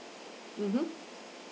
mmhmm